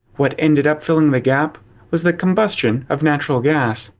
what ended up filling the gap was the combustion of natural gas.